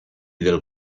del